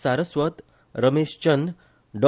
सारस्वत रमेश चंद डॉ